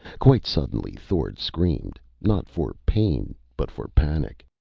quite suddenly, thord screamed. not for pain, but for panic.